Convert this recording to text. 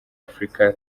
africa